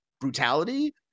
brutality